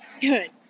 Good